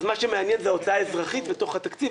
אז מה שמעניין זו ההוצאה האזרחית בתוך התקציב,